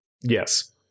Yes